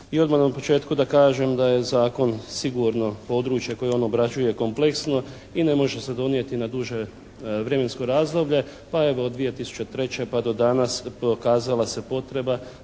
i odmah na početku da kažem da je Zakon sigurno područje koje on obrađuje kompleksno i ne može se donijeti na duže vremensko razdoblje. Pa evo, od 2003. pa do danas pokazala se potreba